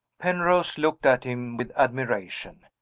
penrose looked at him with admiration.